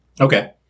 Okay